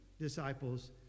disciples